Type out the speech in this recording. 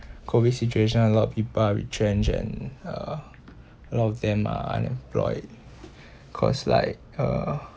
COVID situation a lot of people are retrenched and uh a lot of them are unemployed cause like uh